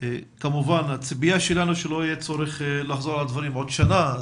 כמובן שהציפייה שלנו היא שלא יהיה צורך לחזור על הדברים בעוד שנה.